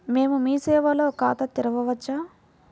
మేము మీ సేవలో ఖాతా తెరవవచ్చా?